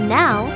now